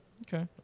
Okay